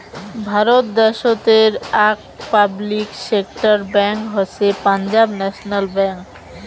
ভারত দ্যাশোতের আক public sector bank হসে পাঞ্জাব ন্যাশনাল ব্যাঙ্ক